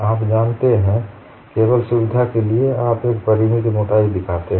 आप जानते हैं केवल सुविधा के लिए आप एक परिमित मोटाई दिखाते हैं